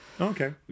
okay